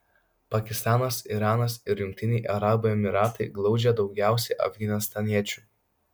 pakistanas iranas ir jungtiniai arabų emyratai glaudžia daugiausiai afganistaniečių